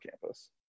campus